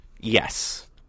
Yes